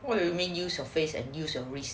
what do you mean use your face and use wrist